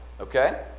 okay